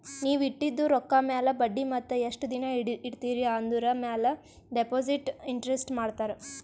ನೀವ್ ಇಟ್ಟಿದು ರೊಕ್ಕಾ ಮ್ಯಾಲ ಬಡ್ಡಿ ಮತ್ತ ಎಸ್ಟ್ ದಿನಾ ಇಡ್ತಿರಿ ಆಂದುರ್ ಮ್ಯಾಲ ಡೆಪೋಸಿಟ್ ಇಂಟ್ರೆಸ್ಟ್ ಮಾಡ್ತಾರ